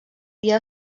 dia